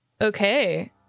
Okay